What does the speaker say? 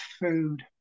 food